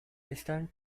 están